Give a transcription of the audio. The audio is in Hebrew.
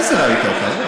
איזה ראית אותה.